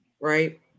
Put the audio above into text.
Right